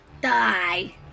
Die